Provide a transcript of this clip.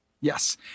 Yes